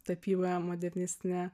tapyba modernistinė